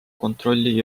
kontrolli